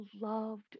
loved